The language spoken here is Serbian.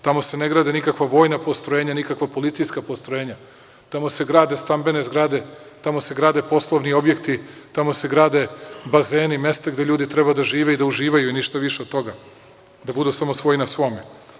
Tamo se ne grade nikakva vojna postrojenja, nikakva policijska postrojenja, tamo se grade stambene zgrade, tamo se grade poslovni objekti, tamo se grade bazeni, mesta gde ljudi treba da žive i da uživaju i ništa više od toga, da budu samo svoji na svome.